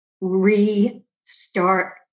restart